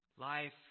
Life